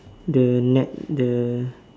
the net the